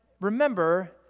remember